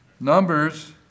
Numbers